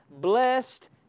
blessed